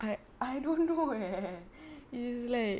I I don't know eh it's like